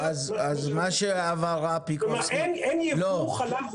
כלומר, אין ייבוא חלב גולמי לישראל.